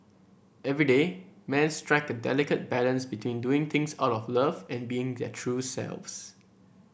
everyday men strike a delicate balance between doing things out of love and being their true selves